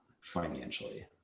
financially